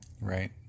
Right